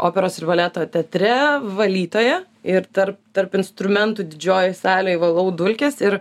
operos ir baleto teatre valytoja ir tarp tarp instrumentų didžiojoj salėj valau dulkes ir